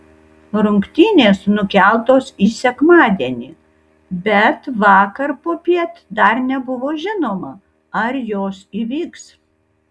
rungtynės nukeltos į sekmadienį bet vakar popiet dar nebuvo žinoma ar jos įvyks